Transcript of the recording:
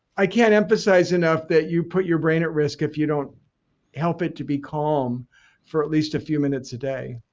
i can't emphasize enough that you put your brain at risk if you don't help it to be calm for at least a few minutes a day